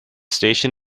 station